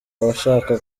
ashaka